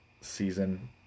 season